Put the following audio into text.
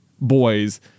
boys